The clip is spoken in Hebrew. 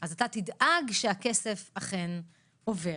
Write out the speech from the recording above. אתה תדאג שהכסף אכן עובר.